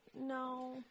no